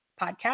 podcast